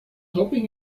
hoping